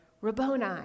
Rabboni